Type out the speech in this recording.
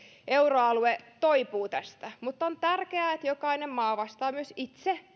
euroalue toipuu tästä mutta on tärkeää että jokainen maa vastaa tulevaisuudessa myös itse